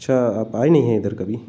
अच्छा आप आए नहीं हैं इधर कभी